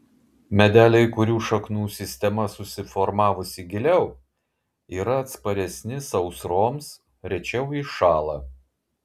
medeliai kurių šaknų sistema susiformavusi giliau yra atsparesni sausroms rečiau iššąla